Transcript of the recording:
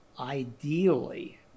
ideally